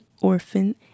orphan